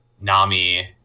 Nami